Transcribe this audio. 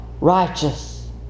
righteous